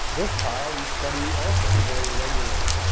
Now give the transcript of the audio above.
this pile you study also very regularly.